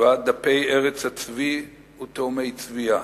ועד דפי "ארץ הצבי" ו"תאומי צביה".